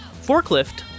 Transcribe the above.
Forklift